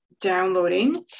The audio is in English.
downloading